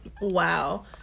Wow